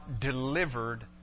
delivered